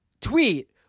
tweet